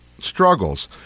struggles